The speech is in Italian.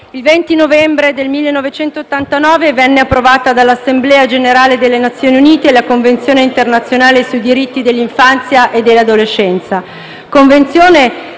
il 20 novembre 1989 venne approvata dall'Assemblea generale delle Nazioni Unite la Convenzione internazionale sui diritti dell'infanzia e dell'adolescenza;